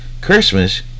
Christmas